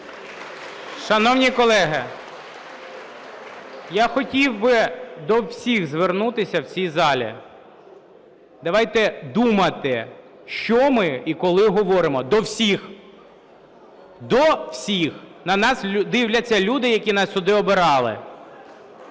Шановні колеги, я хотів би до всіх звернутися в цій залі. Давайте думати, що ми і коли говоримо. До всіх, до всіх! На нас дивляться люди, які нас сюди обирали.